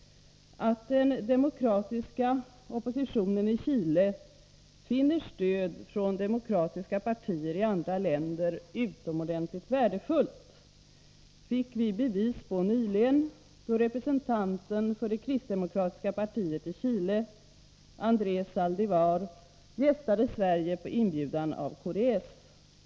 Att den demokratiska oppositionen i Chile finner stöd från demokratiska partier i andra länder vara utomordentligt värdefullt fick vi bevis på nyligen, då en representant för det kristdemokratiska partiet i Chile, Andrés Zaldivar, gästade Sverige på inbjudan av KDS.